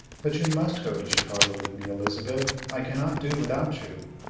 but you must go to chicago with me, elizabeth i cannot do without you.